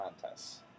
contests